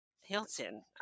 Hilton